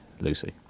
Lucy